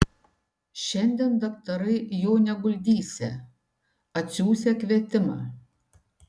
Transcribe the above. šiandien daktarai jo neguldysią atsiųsią kvietimą